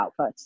outputs